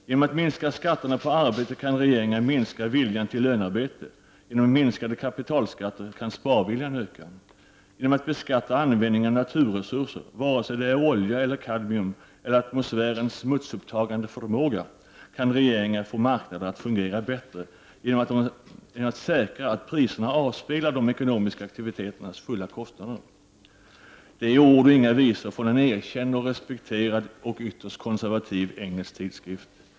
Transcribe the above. Genom att minska skatterna på arbete kan regeringar minska viljan till lönearbete, genom minskade kapitalskatter kan sparviljan öka. Genom att beskatta användningen av naturresurser, vare sig det är olja eller kadmium eller atmosfärens smutsupptagande förmåga, kan regeringar få marknaderna att fungera bättre genom att säkra att priserna avspeglar de ekonomiska aktiviteternas fulla kostnader.” Det är ord och inga visor från en erkänd, respekterad och ytterst konservativ engelsk tidskrift.